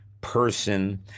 person